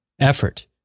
effort